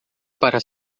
para